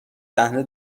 صحنه